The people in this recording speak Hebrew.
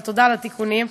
אבל תודה על התיקונים,